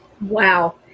Wow